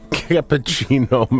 cappuccino